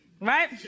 right